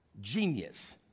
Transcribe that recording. Genius